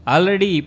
Already